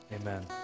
amen